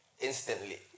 Instantly